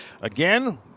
Again